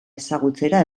ezagutzera